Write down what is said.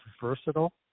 versatile